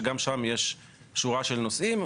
שגם שם יש שורה של נושאים,